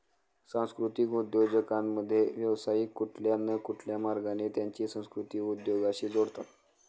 सांस्कृतिक उद्योजकतेमध्ये, व्यावसायिक कुठल्या न कुठल्या मार्गाने त्यांची संस्कृती उद्योगाशी जोडतात